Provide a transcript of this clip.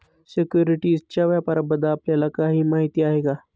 सिक्युरिटीजच्या व्यापाराबद्दल आपल्याला काही माहिती आहे का?